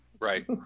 Right